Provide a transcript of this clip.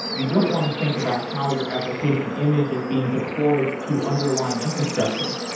you don't want to think about how your application image is being deployed to underlying infrastructure.